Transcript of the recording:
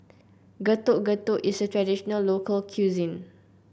Getuk Getuk is a traditional local cuisine